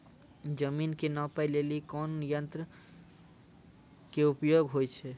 जमीन के नापै लेली कोन यंत्र के उपयोग होय छै?